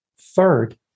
third